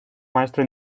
maestro